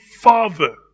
father